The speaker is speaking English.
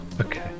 Okay